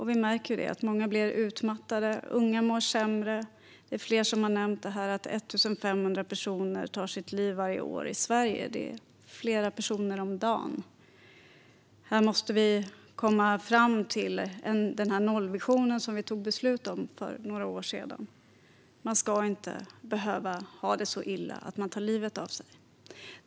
Vi märker att många blir utmattade och att unga mår sämre. Flera har nämnt här att 1 500 personer tar sitt liv varje år i Sverige. Det är flera personer om dagen. Här måste vi komma fram till den nollvision som vi fattade beslut om för några år sedan. Man ska inte behöva ha det så illa att man tar livet av sig.